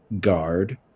guard